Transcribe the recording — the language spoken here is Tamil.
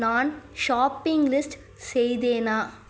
நான் ஷாப்பிங் லிஸ்ட் செய்தேனா